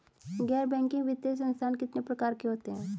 गैर बैंकिंग वित्तीय संस्थान कितने प्रकार के होते हैं?